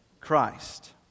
Christ